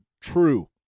True